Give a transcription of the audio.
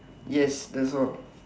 yes that's all